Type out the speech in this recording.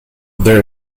there